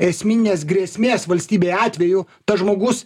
esminės grėsmės valstybei atveju tas žmogus